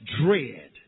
Dread